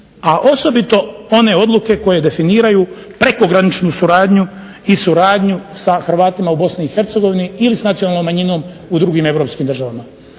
a osobito one odluke koje definiraju prekograničnu suradnju i suradnju sa Hrvatima u BiH ili sa nacionalnom manjinom u drugim europskim državama.